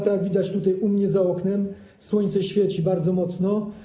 Tak jak widać tutaj u mnie za oknem, słońce świeci bardzo mocno.